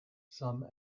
some